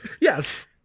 Yes